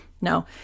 No